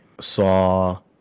saw